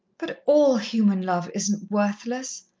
but all human love isn't worthless,